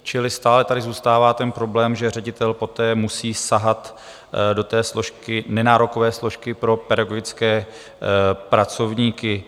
Čili stále tady zůstává ten problém, že ředitel poté musí sahat do nenárokové složky pro pedagogické pracovníky.